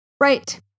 right